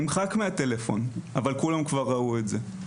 נמחק מהטלפון אבל כולם כבר ראו את זה,